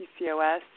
PCOS